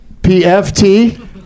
PFT